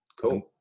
Cool